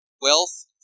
wealth